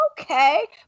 Okay